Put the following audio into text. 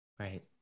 Right